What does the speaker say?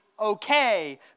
okay